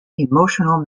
emotional